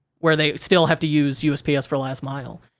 where they still have to use usps for last mile.